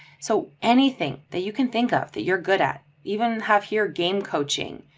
so anything that you can think of that you're good at, even have here game coaching,